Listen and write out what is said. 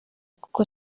kuko